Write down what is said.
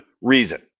reason